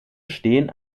stehen